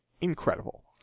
incredible